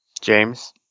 James